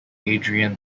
adrian